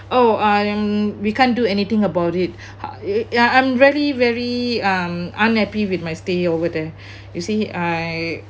oh I am we can't do anything about it uh ya I'm very very um unhappy with my stay over there you see I